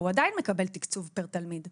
הוא עדיין מקבל תקצוב פר תלמיד נכון?